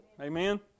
Amen